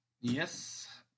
Yes